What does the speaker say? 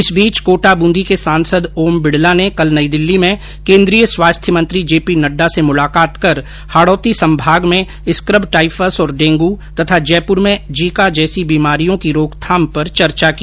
इस बीच कोटा ब्रेंदी के सांसद ओम बिड़ला ने कल नई दिल्ली में केन्द्रीय स्वास्थ्य मंत्री जे पी नड्डा से मुलाकात कर हाड़ौती संभाग में स्कबटाइफस और डेंगू तथा जयपुर में जीका जैसी बीमारियों की रोकथाम पर चर्चा की